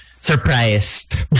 surprised